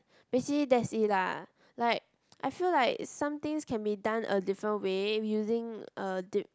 basically that's it lah like I feel like some things can be done a different way using a dic~